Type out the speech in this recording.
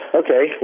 okay